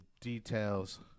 details